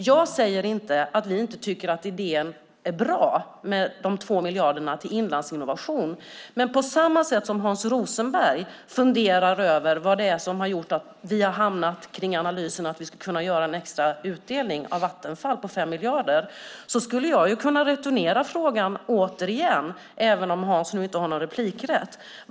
Jag säger inte att vi inte tycker att idén med de 2 miljarderna till inlandsinnovation är bra, men på samma sätt som Hans Rothenberg frågar hur vi har kommit fram till att vi skulle kunna göra en extra utdelning från Vattenfall på 5 miljarder skulle jag kunna returnera hans fråga, även om Hans nu inte har någon replikrätt.